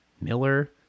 miller